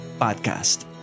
Podcast